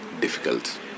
difficult